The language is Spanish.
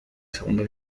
segunda